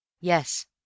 Yes